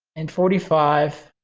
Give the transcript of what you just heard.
and forty five.